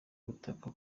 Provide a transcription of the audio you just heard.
gutaka